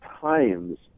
times